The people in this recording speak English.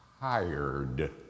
tired